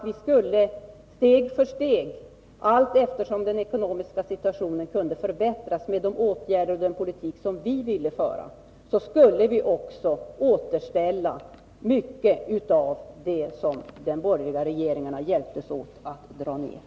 Vi sade att vi, allteftersom den ekonomiska situationen kunde förbättras med de åtgärder och den politik som vi ville föra, steg för steg skulle återställa mycket av det som de borgerliga regeringarna hjälptes åt att försämra.